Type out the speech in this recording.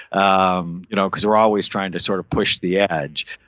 um you know because we're always trying to sort of push the edge.